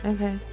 Okay